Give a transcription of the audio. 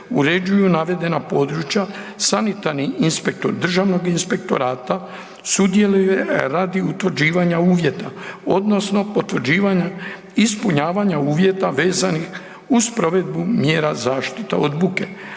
uređuju navedena područja, sanitarni inspektor državnog inspektorata sudjeluje radi utvrđivanja uvjeta odnosno potvrđivanja ispunjavanja uvjeta vezanih uz provedbu mjera zaštite od buke.